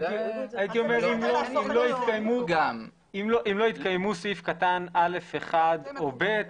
הייתי אומר שאם לא התקיימו סעיף קטן (א)() או (ב)